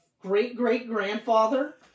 great-great-grandfather